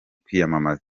kwiyamamaza